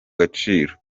gaciro